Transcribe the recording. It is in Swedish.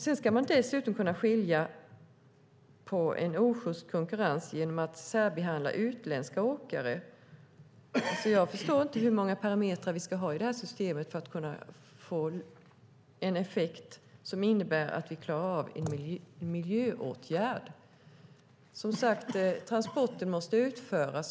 Man ska dessutom komma åt osjyst konkurrens genom att särbehandla utländska åkare. Jag förstår inte hur många parametrar vi ska ha i systemet för att få en effekt som innebär att vi klarar av en miljöåtgärd. Transporten måste utföras.